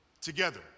together